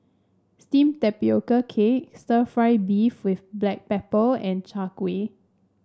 steamed Tapioca Cake Stir Fried Beef with Black Pepper and Chai Kuih